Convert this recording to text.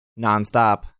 nonstop